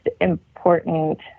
important